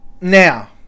now